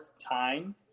time